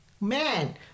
Man